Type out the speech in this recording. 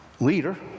leader